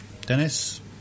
Dennis